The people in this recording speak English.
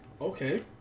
Okay